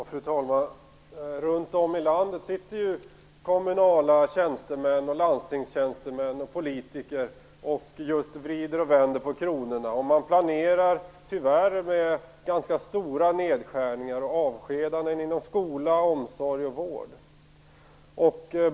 Fru talman! Runt om i landet sitter kommunala tjänstemän, landstingstjänstemän och politiker och vrider och vänder på kronorna. Tyvärr planerar man ganska stora nedskärningar och avskedanden inom skola, omsorg och vård.